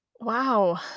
Wow